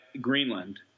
Greenland